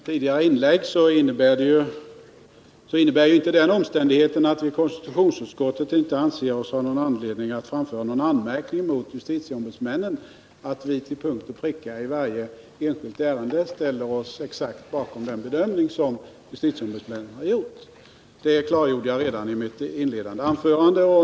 Herr talman! Som jag sagt i tidigare inlägg, innebär den omständigheten att vi i konstitutionsutskottet inte anser oss ha anledning att framföra någon anmärkning mot justitieombudsmännen inte att vi till punkt och pricka i varje enskilt ärende står exakt bakom den bedömning som justitieombudsmännen har gjort. Det klargjorde jag redan i mitt inledningsanförande.